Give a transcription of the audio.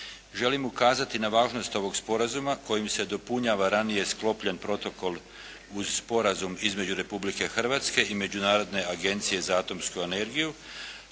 Želim ukazati na važnost ovog sporazuma kojim se dopunjava ranije sklopljen Protokol uz Sporazum između Republike Hrvatske i Međunarodne agencije za atomsku energiju